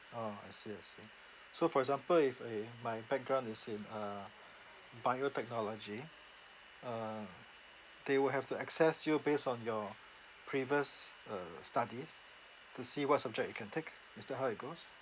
orh I see I see so for example if a my background is in uh bio technology uh they will have to assess you based on your previous uh studies to see what subject you can take is that how it goes